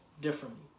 differently